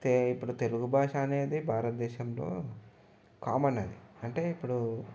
అయితే ఇప్పుడు తెలుగు భాష అనేది భారతదేశంలో కామన్ అది అంటే ఇప్పుడు